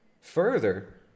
further